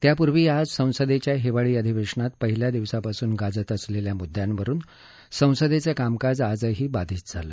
त्यापूर्वी आज संसदेच्या हिवाळी अधिवेशनात पहिल्या दिवसापासून गाजत असलेल्या मुद्यांवरून संसदेचं कामकाज आजही बाधित झालं